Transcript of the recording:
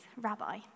Rabbi